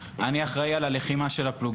המ"פ שלי אומר לי: אני אחראי על הלחימה של הפלוגה.